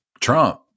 Trump